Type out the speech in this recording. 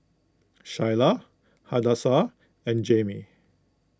Shyla Hadassah and Jaimie